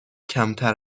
کمتر